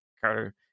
Carter